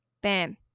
Bam